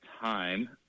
time